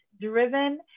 driven